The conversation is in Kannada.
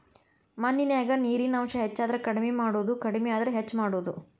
ಮಣ್ಣಿನ್ಯಾಗ ನೇರಿನ ಅಂಶ ಹೆಚಾದರ ಕಡಮಿ ಮಾಡುದು ಕಡಮಿ ಆದ್ರ ಹೆಚ್ಚ ಮಾಡುದು